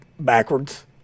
backwards